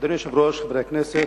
אדוני היושב-ראש, חברי הכנסת,